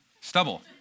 stubble